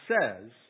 says